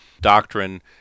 Doctrine